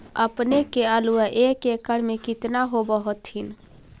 अपने के आलुआ एक एकड़ मे कितना होब होत्थिन?